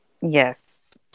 yes